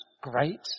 great